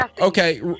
okay